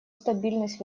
стабильность